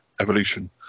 evolution